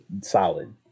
solid